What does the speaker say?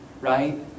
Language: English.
Right